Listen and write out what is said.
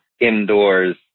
indoors